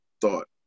thought